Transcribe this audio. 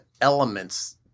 elements